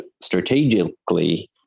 strategically